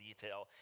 detail